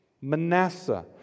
Manasseh